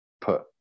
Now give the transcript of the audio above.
put